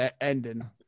ending